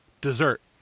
dessert